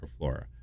microflora